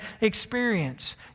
experience